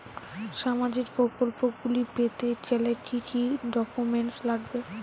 সামাজিক প্রকল্পগুলি পেতে গেলে কি কি ডকুমেন্টস লাগবে?